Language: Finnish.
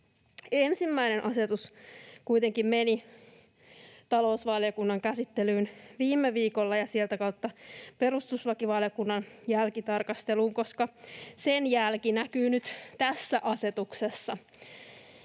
ensimmäinen asetus kuitenkin meni talousvaliokunnan käsittelyyn viime viikolla ja sieltä kautta perustuslakivaliokunnan jälkitarkasteluun, koska sen jälki näkyy nyt tässä asetuksessa.